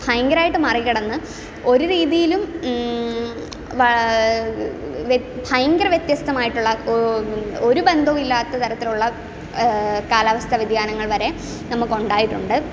ഭയങ്കരമായിട്ടും മറികടന്ന് ഒരു രീതിയിലും വാ ഭയങ്കര വ്യത്യസ്തമായിട്ടുള്ള ഒരു ബന്ധവും ഇല്ലാത്ത തരത്തിലുള്ള കാലാവസ്ഥ വ്യതിയാനങ്ങൾ വരെ നമുക്ക് ഉണ്ടായിട്ടുണ്ട്